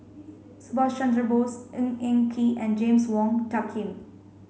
Subhas Chandra Bose Ng Eng Kee and James Wong Tuck Yim